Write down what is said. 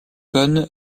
cône